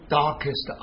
darkest